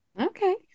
Okay